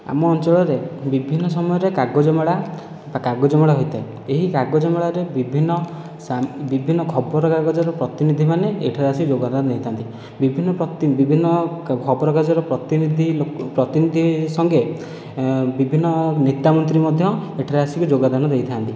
ଆମ ଅଞ୍ଚଳରେ ବିଭିନ୍ନ ସମୟରେ କାଗଜ ମେଳା ବା କାଗଜ ମେଳା ହୋଇଥାଏ ଏହି କାଗଜ ମେଳାରେ ବିଭିନ୍ନ ବିଭିନ୍ନ ଖବରକାଗଜର ପ୍ରତିନିଧିମାନେ ଏଠାରେ ଆସି ଯୋଗଦାନ ଦେଇଥାନ୍ତି ବିଭିନ୍ନ ପ୍ରତି ବିଭିନ୍ନ ଖବରକାଗଜର ପ୍ରତିନିଧି ପ୍ରତିନିଧି ସଙ୍ଗେ ବିଭିନ୍ନ ନେତାମନ୍ତ୍ରୀ ମଧ୍ୟ ଏଠାରେ ଆସିକି ଯୋଗଦାନ ଦେଇଥାନ୍ତି